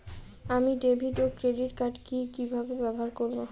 আমি ডেভিড ও credit card কি কিভাবে ব্যবহার করব?